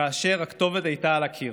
כאשר הכתובת הייתה על הקיר?